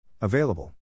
Available